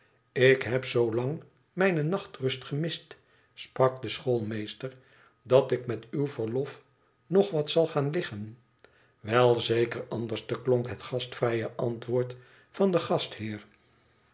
ik heb zoo lang mijne nachtrust gemist sprak de schoolmeester dat ik met uw verlof nog wat zal gaan liggen wel zeker anderste klonk het gastvrije antwoord van den gastheer